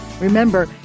Remember